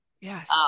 Yes